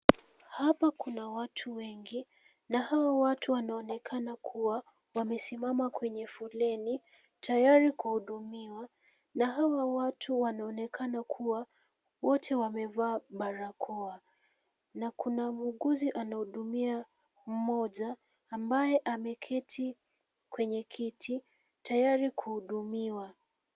Hapa kuna watu wengi na hawa watu wanaonekana kuwa wamesimama kwenye foleni tayari kuhudumiwa na hawa watu wanaonekana kuwa wote wamevaa barakoa na kuna muuguzi anahudumia mmoja ambaye ameketi kwenye kiti tayari kuhudumiwa.